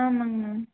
ஆமாம்ங்கண்ணா